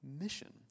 mission